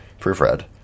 proofread